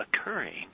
occurring